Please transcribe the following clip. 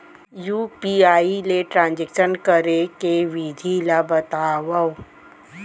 UPI ले transaction करे के विधि ला बतावव?